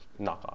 knockoff